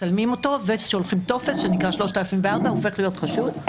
מצלמים אותו ושולחים טופס 3004 הוא הופך להיות חשוד,